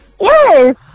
Yes